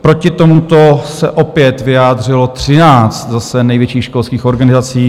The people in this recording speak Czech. Proti tomuto se opět vyjádřilo třináct zase největších školských organizací.